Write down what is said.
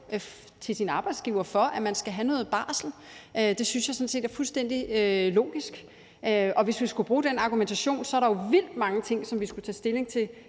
for sin arbejdsgiver for, at man skal have noget barsel. Det synes jeg sådan set er fuldstændig logisk. Hvis vi skulle bruge den argumentation, var der jo vildt mange ting, som vi skulle tage stilling til